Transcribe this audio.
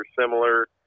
similar